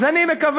אז אני מקווה,